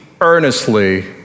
earnestly